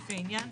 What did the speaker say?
לפי העניין,